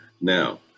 Now